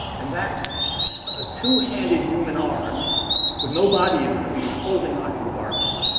and that's a two handed human arm with no body in between holding onto the barbells.